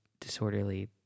disorderly